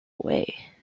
away